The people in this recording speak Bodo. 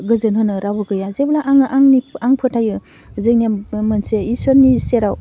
गोजोन होनो रावबो गैया जेब्ला आङो आंनि आं फोथायो जोंनिया मोनसे इसोरनि सेराव